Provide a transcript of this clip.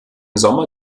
sommer